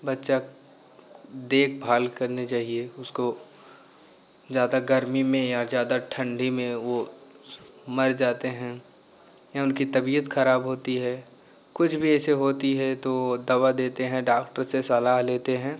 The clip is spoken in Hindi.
बच्चा देखभाल करने जाईए उसको ज़्यादा गर्मी में या ज़्यादा ठंडी में वह मर जाते हैं या उनकी तबियत खराब होती है कुछ भी ऐसे होते है तो दवा देते हैं डाक्टर से सलाह लेते हैं